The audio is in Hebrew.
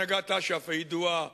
הנהגת אש"ף הידועה